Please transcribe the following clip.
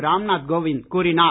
ராம் நாத் கோவிந்த் கூறினார்